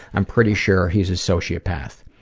i'm pretty sure he's a sociopath.